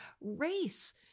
race